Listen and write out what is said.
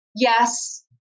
Yes